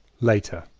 later.